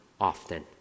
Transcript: often